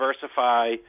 diversify